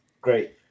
great